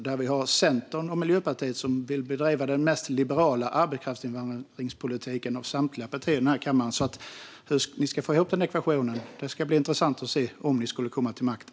Centerpartiet och Miljöpartiet vill bedriva den mest liberala arbetskraftsinvandringspolitiken av samtliga partier i denna kammare, så det blir intressant att se hur ni ska få ihop den ekvationen om ni skulle komma till makten.